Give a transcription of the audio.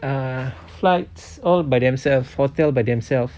err flights all by themselves hotel by themselves